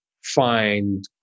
find